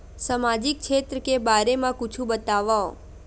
सामजिक क्षेत्र के बारे मा कुछु बतावव?